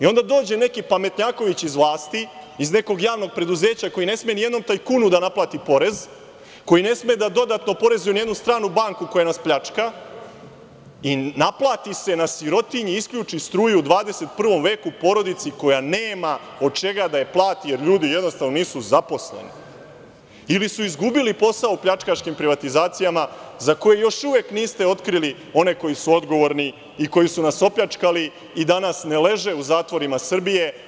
Onda dođe neki pametnjaković iz vlasti, iz nekog javnog preduzeća, koji ne sme nijednom tajkunu da naplati porez, koji ne sme da dodatno oporezuje nijednu stranu banku koja nas pljačka, i naplati se na sirotinji, isključi struju u 21. veku porodici koja nema od čega da je plati, jer ljudi jednostavno nisu zaposleni ili su izgubili posao u pljačkaškim privatizacijama, za koje još uvek niste otkrili one koji su odgovorni i koji su nas opljačkali i danas ne leže u zatvorima Srbije.